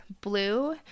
blue